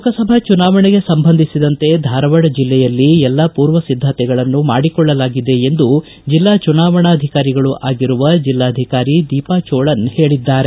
ಲೋಕಸಭಾ ಚುನಾವಣೆಗೆ ಸಂಬಂಧಿಸಿದಂತೆ ಧಾರವಾಡ ಜಿಲ್ಲೆಯಲ್ಲಿ ಎಲ್ಲ ಪೂರ್ವ ಸಿದ್ದತೆಗಳನ್ನು ಮಾಡಿಕೊಳ್ಳಲಾಗಿದೆ ಎಂದು ಬೆಲ್ಲಾ ಚುನಾವಣಾಧಿಕಾರಿಗಳೂ ಆಗಿರುವ ಜೆಲ್ಲಾಧಿಕಾರಿ ದೀಪಾ ಚೋಳನ್ ಹೇಳದ್ದಾರೆ